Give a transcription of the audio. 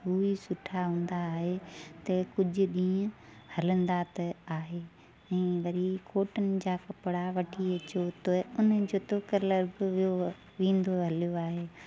उहे सुठा हूंदा आहे त कुझु ॾींहं हलंदा त आहे ऐं वरी कोटन जा कपिड़ा वठी अचो त उन्हनि जो त कलर बि वियो वेंदो हलियो आहे